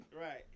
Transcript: Right